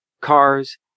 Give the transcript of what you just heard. cars